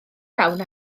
iawn